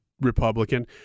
Republican